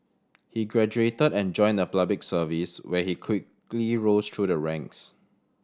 he graduated and joined the Public Service where he quickly rose through the ranks